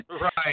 Right